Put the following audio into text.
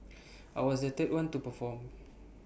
I was the third one to perform